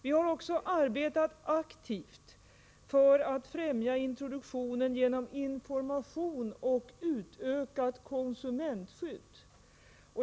Vi har också arbetat aktivt för att främja introduktionen genom information och utökat konsumentskydd.